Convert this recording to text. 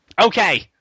Okay